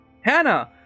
Hannah